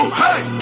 hey